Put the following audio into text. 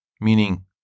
meaning